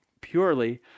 purely